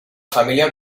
familia